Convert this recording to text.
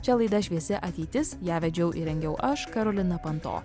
šią laidą šviesi ateitis ją vedžiau ir rengiau aš karolina panto